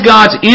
God's